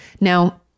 Now